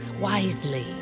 wisely